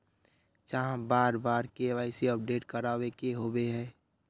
चाँह बार बार के.वाई.सी अपडेट करावे के होबे है?